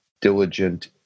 diligent